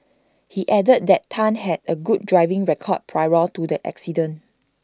he added that Tan had A good driving record prior to the accident